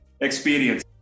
experience